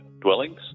dwellings